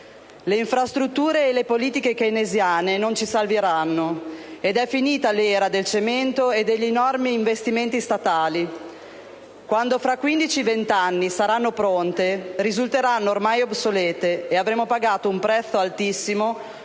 Le infrastrutture e le politiche keynesiane non ci salveranno ed è finita l'era del cemento e degli enormi investimenti statali: quando fra quindici-venti anni quelle opere saranno pronte, risulteranno ormai obsolete e noi avremo pagato un prezzo altissimo,